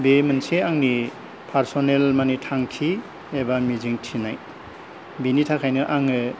बे मोनसे आंनि फारसनेल माने थांखि एबा मिजिंथिनाय बेनि थाखायनो आङो